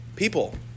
People